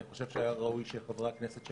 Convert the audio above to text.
אני חושב שהיה ראוי שחברי הכנסת של